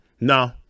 No